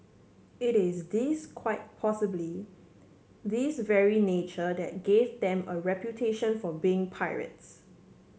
it is this quite possibly this very nature that gave them a reputation for being pirates